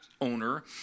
owner